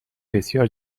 بسیار